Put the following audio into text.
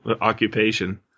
occupation